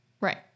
right